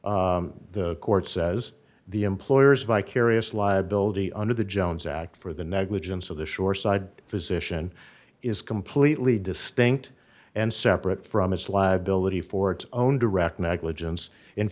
the court says the employer's vicarious liability under the jones act for the negligence of the shoreside physician is completely distinct and separate from its liability for its own direct negligence